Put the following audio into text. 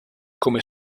come